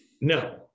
No